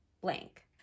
blank